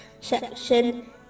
section